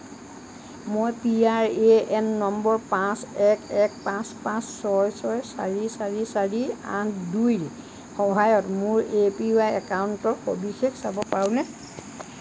মই P R A N number পাঁচ এক এক পাঁচ পাঁচ ছয় ছয় চাৰি চাৰি চাৰি আঠ দুইৰ সহায়ত মোৰ এ পি ৱাই সবিশেষ চাব পাৰোঁনে